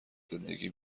زندگی